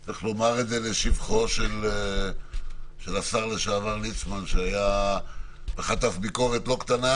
צריך לומר את זה לשבחו של השר לשעבר ליצמן שחטף ביקורת לא קטנה,